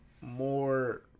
more